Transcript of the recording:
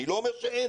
אני לא אומר שאין.